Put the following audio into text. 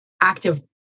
active